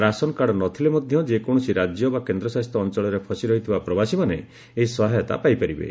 ration card ନଥିଲେ ମଧ୍ୟ ଯେକୌଣସି ରାଜ୍ୟ ବା କେନ୍ଦ୍ରଶାସିତ ଅଞ୍ଚଳରେ ଫସିରହିଥିବା ପ୍ରବାସୀମାନେ ଏହି ସହାୟତା ପାଇପାରିବେ